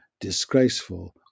disgraceful